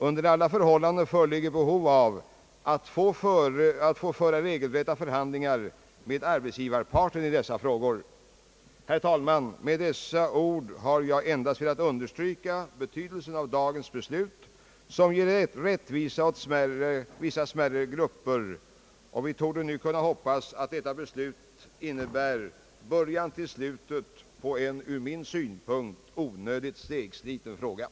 Under alla förhållanden föreligger behov av att få föra regelrätta förhandlingar med arbetsgivarparten i dessa frågor. Herr talman! Med dessa ord har jag endast velat understryka betydelsen av dagens beslut, som ger rättvisa åt vissa smärre grupper, och vi torde nu kunna hoppas att detta beslut innebär början till slutet på en — ur min synpunkt — onödigt segsliten fråga.